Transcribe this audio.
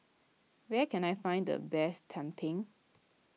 where can I find the best Tumpeng